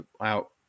out